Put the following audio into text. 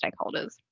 stakeholders